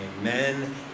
Amen